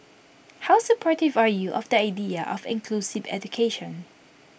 how supportive are you of the idea of inclusive education